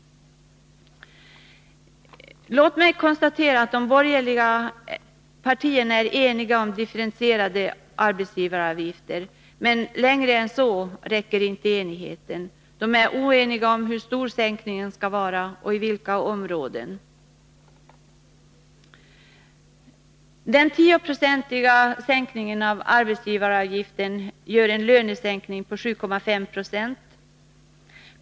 Låt mig konstatera att de borgerliga partierna är eniga om differentierade arbetsgivaravgifter, men längre än så räcker inte enigheten. De är oeniga om hur stor sänkningen skall vara och i vilka områden den skall företas. Den 10-procentiga sänkningen av arbetsgivaravgiften gör en lönesänkning på 7,5 90.